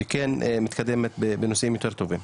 שכן מתקדמת בנושאים יותר טובים.